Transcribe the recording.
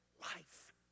life